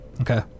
Okay